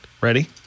Ready